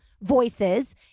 voices